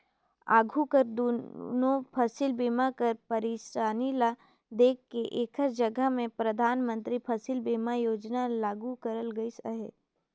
आघु कर दुनो फसिल बीमा कर पइरसानी ल देख के एकर जगहा में परधानमंतरी फसिल बीमा योजना ल लागू करल गइस अहे